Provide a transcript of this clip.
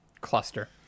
cluster